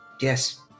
Yes